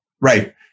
right